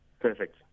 Perfect